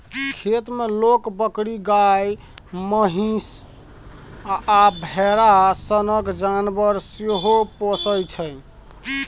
खेत मे लोक बकरी, गाए, महीष आ भेरा सनक जानबर सेहो पोसय छै